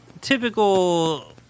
typical